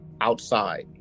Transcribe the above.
outside